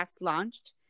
launched